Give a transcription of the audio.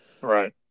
Right